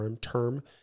term